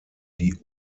die